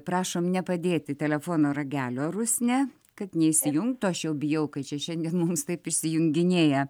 prašom nepadėti telefono ragelio rusne kad neišsijungtų aš jau bijau kad čia šiandien mums taip išsijunginėja